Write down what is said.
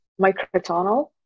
microtonal